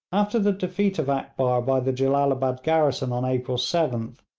after the defeat of akbar by the jellalabad garrison on april seventh,